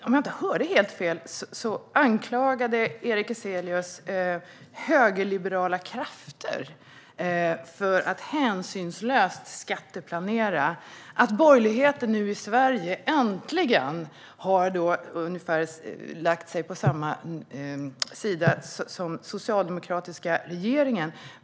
Om jag inte hörde helt fel anklagade Erik Ezelius högerliberala krafter för att hänsynslöst skatteplanera och sa att borgerligheten i Sverige nu äntligen har lagt sig på ungefär samma sida som den socialdemokratiska regeringen.